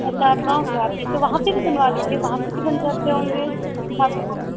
अच्छा आप गाँव से आती हैं तो वहाँ पर ही बनवा लीजिए वहाँ पर भी बन जाते होंगे आपको